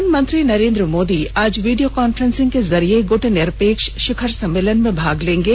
प्रधानमंत्री नरेन्द्र मोदी आज video conferencing के जरिए गुटनिरपेक्ष शिखर सम्मेलन में भाग लेंगे